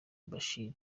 bashir